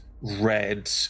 red